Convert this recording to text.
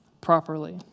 properly